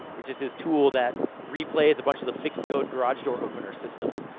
which is his tool that replays a bunch of the fixed code garage door opener systems.